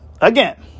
Again